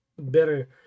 better